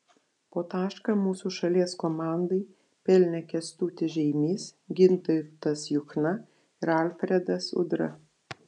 po tašką mūsų šalies komandai pelnė kęstutis žeimys gintautas juchna ir alfredas udra